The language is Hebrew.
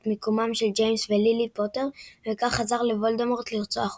מיקומם של ג'יימס ולילי פוטר ובכך עזר לוולדמורט לרצוח אותם.